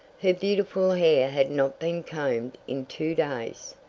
her beautiful hair had not been combed in two days.